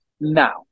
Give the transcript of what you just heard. now